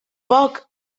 poc